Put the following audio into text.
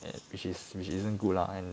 and which is which isn't good lah and